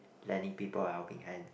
lending people a helping hand